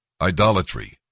Idolatry